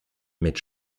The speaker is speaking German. mit